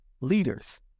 leaders